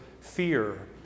fear